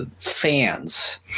fans